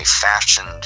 fashioned